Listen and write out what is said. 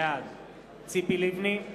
בעד ציפי לבני,